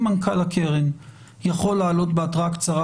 אם מנכ"ל הקרן יכול לעלות בהתראה קצרה,